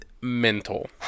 mental